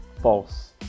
false